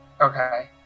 Okay